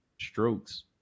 strokes